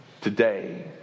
today